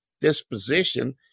disposition